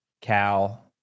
Cal